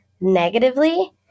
negatively